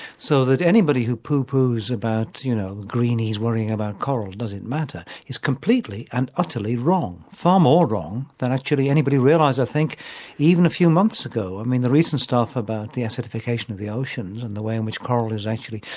so that anybody who poo-poos about you know greenies worrying about coral, does it matter, is completely and utterly wrong, far more wrong than actually anybody realised i think even a few months ago. and the recent stuff about the acidification of the oceans and the way in which coral is actually,